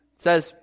says